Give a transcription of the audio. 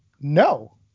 No